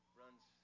runs